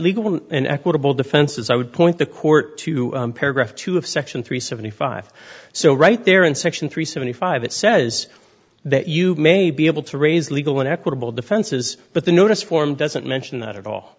legal and equitable defense is i would point the court to paragraph two of section three seventy five so right there in section three seventy five it says that you may be able to raise legal an equitable defenses but the notice form doesn't mention that at all